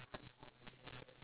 ya lor so